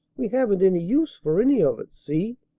we haven't any use for any of it. see?